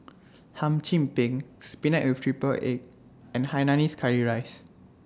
Hum Chim Peng Spinach with Triple Egg and Hainanese Curry Rice